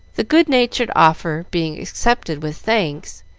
the good-natured offer being accepted with thanks,